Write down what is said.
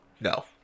No